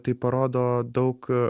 tai parodo daug